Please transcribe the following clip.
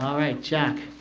right jack